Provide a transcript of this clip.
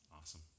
Awesome